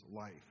life